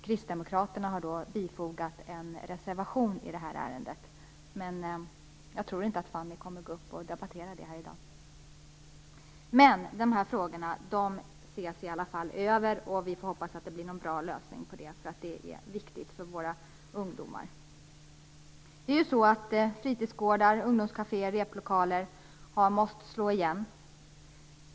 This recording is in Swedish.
Kristdemokraterna har bifogat en reservation i ärendet, men jag tror inte att Fanny Rizell kommer att debattera frågan här i dag. Frågorna ses i alla fall över, och vi får hoppas att det blir en bra lösning på problemen. Det är viktigt för våra ungdomar. Fritidsgårdar, ungdomscaféer och replokaler har måst slå igen.